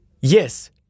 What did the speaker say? Yes